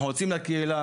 אנחנו יוצאים לקהילה,